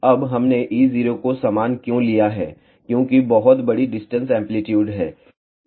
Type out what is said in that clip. अब हमने E0 को समान क्यों लिया है क्योंकि बहुत बड़ी डिस्टेंस एंप्लीट्यूड है